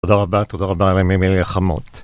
תודה רבה, תודה רבה על המילים החמות.